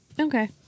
Okay